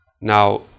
now